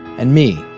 and me,